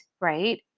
Right